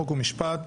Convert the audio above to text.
חוק ומשפט.